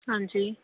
ਹਾਂਜੀ